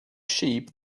sheep